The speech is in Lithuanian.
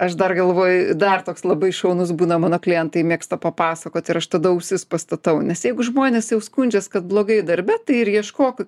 aš dar galvoju dar toks labai šaunus būna mano klientai mėgsta papasakot ir aš tada ausis pastatau nes jeigu žmonės jau skundžias kad blogai darbe tai ir ieškok